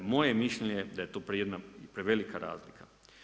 Moje mišljenje da je to jedna prevelika razlika.